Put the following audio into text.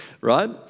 right